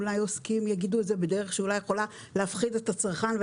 אולי עוסקים יגידו את זה בדרך שיכולה להפחיד את הצרכן,